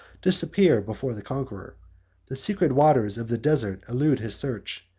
disappear before the conqueror the secret waters of the desert elude his search,